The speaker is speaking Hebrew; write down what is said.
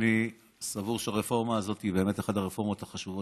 אני סבור שהרפורמה הזאת היא באמת אחת הרפורמות החשובות